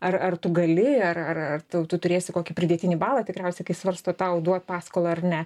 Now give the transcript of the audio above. ar ar tu gali ar ar ar tu turėsi kokį pridėtinį balą tikriausiai kai svarsto tau duot paskolą ar ne